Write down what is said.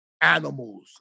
animals